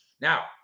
Now